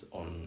on